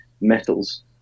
metals